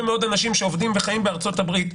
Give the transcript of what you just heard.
מאוד אנשים שעובדים וחיים בארצות הברית ובישראל,